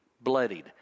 bloodied